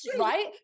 right